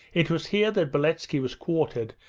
it was here that beletski was quartered,